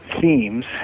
themes